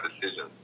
decision